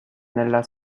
nella